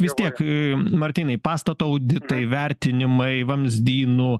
vis tiek martynai pastato auditai vertinimai vamzdynų